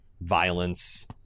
violence